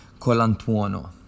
Colantuono